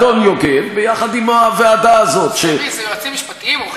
אדון יוגב ביחד עם הוועדה הזאת, היועצים המשפטיים?